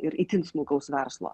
ir itin smulkaus verslo